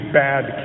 bad